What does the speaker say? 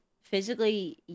physically